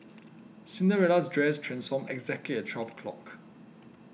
Cinderella's dress transformed exactly at twelve o'clock